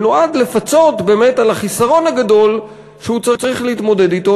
שנועד לפצות באמת על החיסרון הגדול שהוא צריך להתמודד אתו,